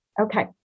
Okay